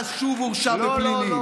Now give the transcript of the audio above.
ואז שוב הורשע בפלילים?